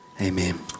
Amen